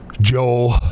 Joel